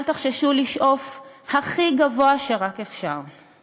אל תחששו לשאוף הכי גבוה שרק אפשר.